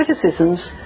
criticisms